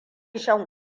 shan